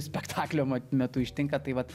spektaklio metu ištinka tai vat